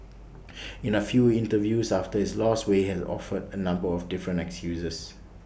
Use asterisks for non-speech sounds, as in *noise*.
*noise* in A few interviews after his loss Wei has offered A number of different excuses